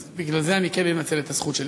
אז בגלל זה אני כן אנצל את הזכות שלי.